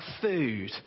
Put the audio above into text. food